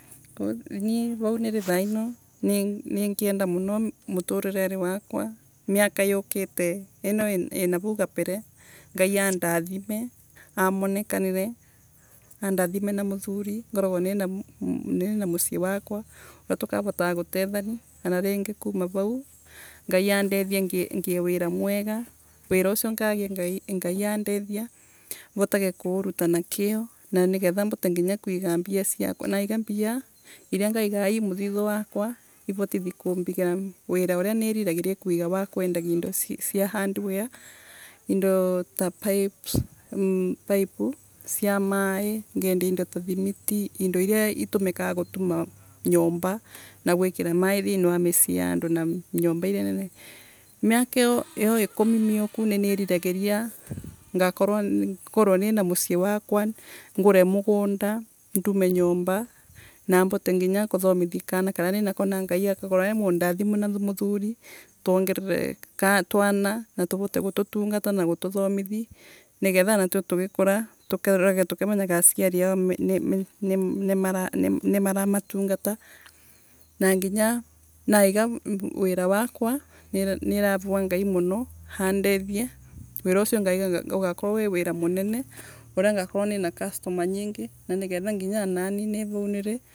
Ni vau niri thaino ni ningienda muno muturiro wakwa. miaka yukite iyo inavau kapere ngai andathime amonekanire. andathime no muthuri ngoragwa ni nina musii wakwa uria tukavotaga gutethania ano ringi kuma vau ngai andethie ngie wira mwega wira asio ngagia ngai ngai andethia votage kuuruta na kio na niketha vote nginya kwiga mbia siakwa naiga mbia iria niriragiria kwiga wa kuendagia indo ta thimiti indo iria itumikaga guturia nyomba na guikira mai thiini wa misii ya andu na nyomba iria nene. miaka iyo iyo ikumi muku ninirigagiriria ngakorwa ni ngorwe nina musii wakwa. ngure mugunda ndume nyomba na vote nginya kuthomithia kona koria ninako na ngai akorwe ai mundathimu na muthuri tuongerere twaria na tuvote gutunguta na gututhomithii niketha anatuo tugikura tukure tukimenyoga asiori oo ni nimaramatungata na nginya nyiga wira wakwa. niravoa ngai muno andethie. wira usio ngaiga wa ugakorwa wi wira munene uria ngakorwa nina kastoma nyiingi na niketha nginya anani ni vau niri.